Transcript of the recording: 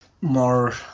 more